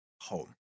home